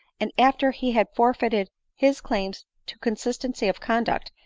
and after he had forfeited his claims to consistency of conduct,